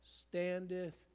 standeth